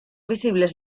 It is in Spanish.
visibles